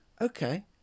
Okay